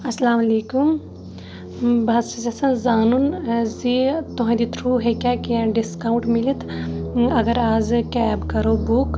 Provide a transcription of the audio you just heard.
اَسلام علیکُم بہٕ حظ چھَس یَژھان زانُن اَز یہِ تُہٕنٛدِ تھرٛوٗ ہیٚکیٛاہ کینٛہہ ڈِسکاوُںٛٹ مِلِتھ اگر اَزَے کیب کَرو بُک